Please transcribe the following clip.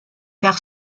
car